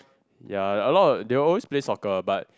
ya a lot they will always play soccer but